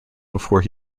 before